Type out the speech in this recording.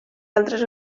altres